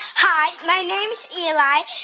hi. my name is eli.